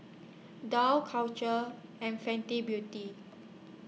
Dough Culture and Fenty Beauty